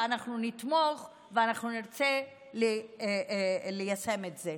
אנחנו נתמוך ואנחנו נרצה ליישם את זה.